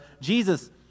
Jesus